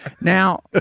Now